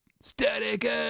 Static